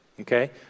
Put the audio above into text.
okay